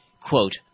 quote